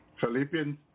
Philippians